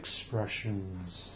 expressions